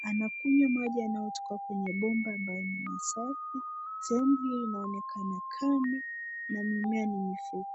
Anakunywa maji yanayotoka kwenye bomba ambayo ni masafi. Sehemu hii inaonekana kame na mimea ni mifupi.